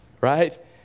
right